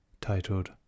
titled